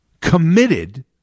committed